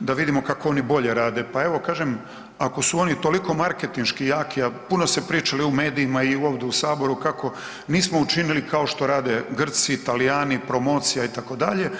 da vidimo kako oni bolje rade, pa evo kažem ako su oni toliko marketinški jaki, a puno se pričalo u medijima i ovdje u Saboru kako nismo učinili kao što rade Grci, Talijani promocija itd.